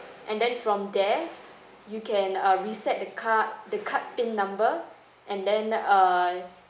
and then from there you can uh reset the card the card pin number and then err